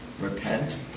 repent